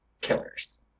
Killers